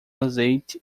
azeite